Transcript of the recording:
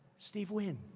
steve wynn.